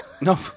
No